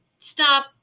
stop